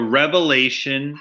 revelation